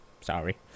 sorry